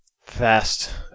fast